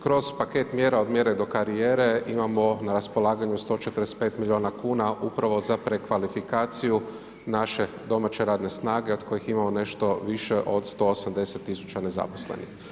Kroz paket mjera Od mjere do karijere imamo na raspolaganju 145 milijuna kuna upravo za prekvalifikaciju naše domaće radne snage od kojih imamo nešto više od 180 tisuća nezaposlenih.